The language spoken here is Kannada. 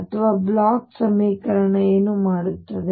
ಅಥವಾ ಬ್ಲೋಚ್ ಸಮೀಕರಣ ಏನು ಮಾಡುತ್ತದೆ